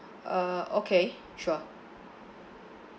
err okay sure